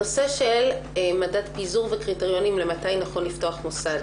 הנושא של מדד פיזור וקריטריונים מתי נכון לפתוח מוסד,